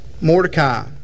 Mordecai